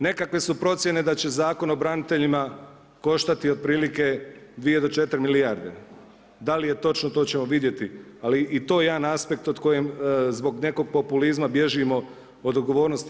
Nekakve su procjene da će Zakon o braniteljima koštati otprilike 2 do 4 milijarde, da li je točno to ćemo vidjeti ali i to je jedan aspekt po kojim zbog nekog populizma bježimo od odgovornosti.